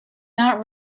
not